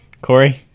Corey